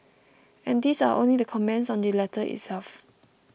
and these are only the comments on the letter itself